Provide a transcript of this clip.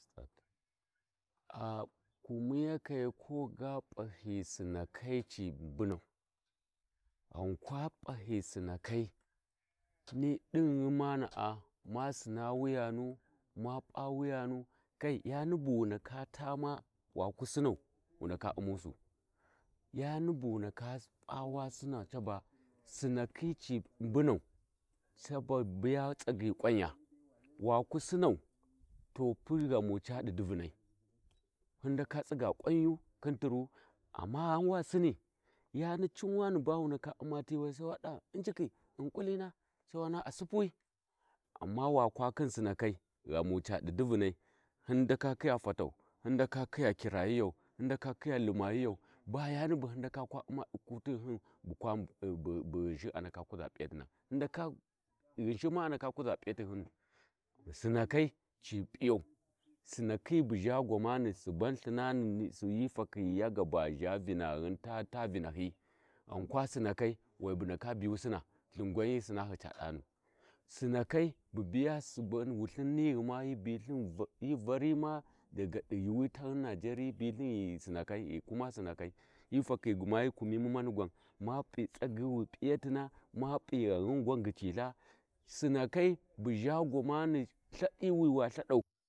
﻿A kumiyakai koga p’ali Sinakai Ci mbunau ghankwa p'ahi Sinakai tini dinghuma na’a ma sinna wuyanu ma pa Wuyanu kai yani bu ndaka tama Waku Sinnau wu ndaka uunusu yani buwu ndaka p’a wa sinnau Caba sinnakhi ci mbunau caba biya tsagyi Kwanya Waku Sinnau to pu ghamu ca chi divunai hin ndaka tsigga kwanyu khin tirwu amma ghan wa Sinni yani cin wani ba wu ndaka uma ti Sinna Sai wa dava injikhu in kullina sai wa naha a Suppuwi amma wakwa Khin Sinnakai ghammu Cadi divunai hin ndaka kiya fatau hin ndaka kiya kirayiya hin ndoka kiya limayiyan ba yani ba hin ndaka kwa umma di kutighu hin bu chin shin ndaka wuuu kuʒa p’iyatina Ghinshin ma a ndaka kuʒa p’iyatihinu Sinnakai bu zha gwamanu hi fakhi yaba zha Vinaghun ta taa vinahi ghankwa Sinnakai mi bu ndaka buyu Sinna lthin gwan hi Sinahi ca danu Sinakai bu biya Subu wulthin nighuma Wu bilthin hi vani ma daga di yuuwi tagh Nageriyi. Hi bithin ghi Sinakhai ghi Kuma Sinnakai hi tashi gma hi kumimu mamigwan ma pi’ tsagyi wi p'iyatina ma pi ghanghun gwan ghicitha sinakhai bu zha gwani lthadi wi wa Ithada.